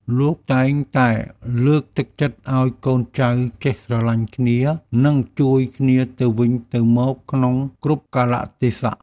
លោកតែងតែលើកទឹកចិត្តឱ្យកូនចៅចេះស្រឡាញ់គ្នា និងជួយគ្នាទៅវិញទៅមកក្នុងគ្រប់កាលៈទេសៈ។